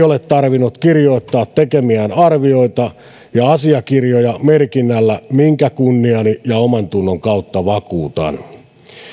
ole tarvinnut kirjoittaa tekemiään arvioita ja asiakirjoja merkinnällä minkä kunniani ja omantuntoni kautta vakuutan